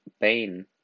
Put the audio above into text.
pain